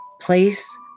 Place